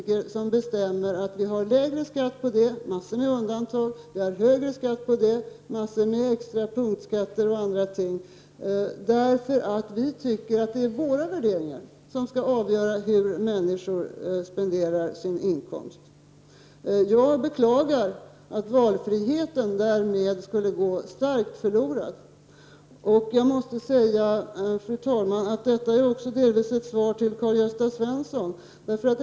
Skall vi politiker bestämma att det skall vara lägre skatt på det ena, med en mängd undantag, och högre skatt på det andra med flera extra punktskatter och andra ting, eftersom vi politiker anser att våra värderingar skall vara avgörande för hur människor spenderar sin inkomst? Valfriheten skulle därmed gå förlorad, vilket jag beklagar. Fru talman! Detta är också delvis ett svar till Karl-Gösta Svenson.